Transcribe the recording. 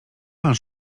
pan